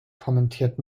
kommentiert